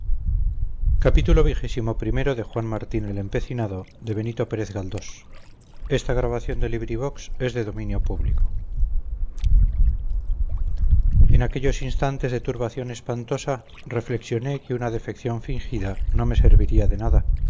padecí en aquellos instantes de turbación espantosa reflexione que una defección fingida no me serviría de nada